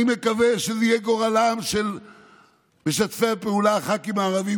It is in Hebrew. אני מקווה שזה יהיה גורלם של משתפי הפעולה" הח"כים הערבים,